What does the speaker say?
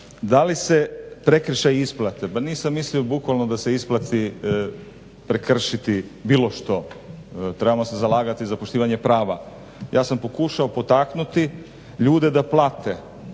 Da li se prekršaji isplate, pa nisam mislio bukovno da se isplati prekršiti bilo što, trebamo se zalagati za poštivanje prava. Ja sam pokušao potaknuti ljude da plate,